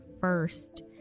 first